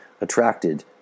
attracted